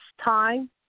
time